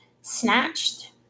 snatched